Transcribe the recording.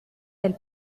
del